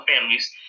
families